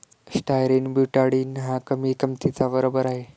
styrene butadiene हा कमी किंमतीचा रबर आहे